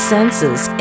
Senses